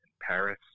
Paris